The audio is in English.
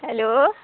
hello